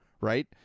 right